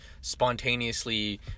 spontaneously